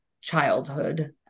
childhood